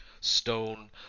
stone